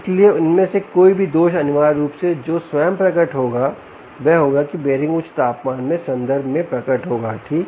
इसलिए इनमें से कोई भी दोष अनिवार्य रूप से जो स्वयं प्रकट होगा वह होगा की बीयरिंग उच्च तापमान में संदर्भ में प्रकट होगा ठीक